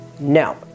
No